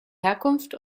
herkunft